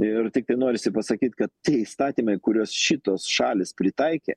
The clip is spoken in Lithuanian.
ir tiktai norisi pasakyti kad tie įstatymai kuriuos šitos šalys pritaikė